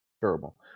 Terrible